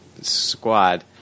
squad